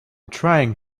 trying